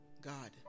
God